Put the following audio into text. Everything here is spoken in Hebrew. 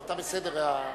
אתה בסדר.